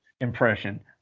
impression